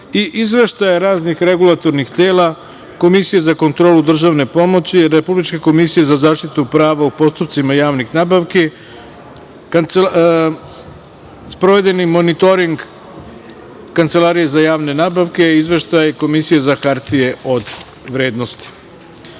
izveštaje raznih regulatornih tela, Komisije za kontrolu državne pomoći, Republike komisije za zaštitu prava u postupcima javnih nabavki, sprovedeni monitoring Kancelarije za javne nabavke, Izveštaj Komisije za hartije od vrednosti. Sada,